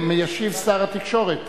ישיב שר התקשורת.